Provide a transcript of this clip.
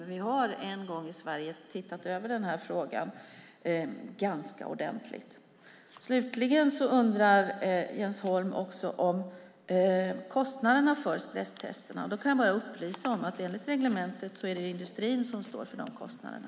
Men vi har i Sverige tittat över frågan ganska ordentligt. Slutligen undrar Jens Holm om kostnaderna för stresstesterna. Då kan jag upplysa om att det enligt reglementet är industrin som står för de kostnaderna.